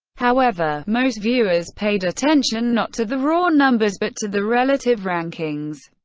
however, most viewers paid attention not to the raw numbers but to the relative rankings.